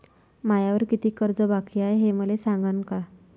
मायावर कितीक कर्ज बाकी हाय, हे मले सांगान का?